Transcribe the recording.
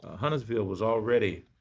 ah huntersville was already